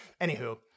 Anywho